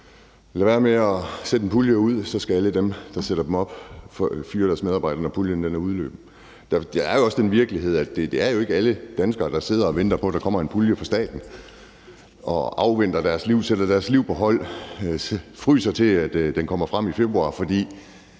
lade være med at sende en pulje ud, for så skal alle dem, der sætter varmepumperne op, fyre deres medarbejdere, når puljen er udløbet. Der er også den virkelighed, at det jo ikke er alle danskere, der sidder og venter på, at der kommer en pulje fra staten, og sætter deres liv på hold og sidder og fryser, til den kommer frem i februar, fordi